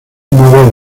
modo